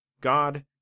God